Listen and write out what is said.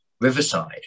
riverside